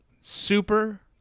Super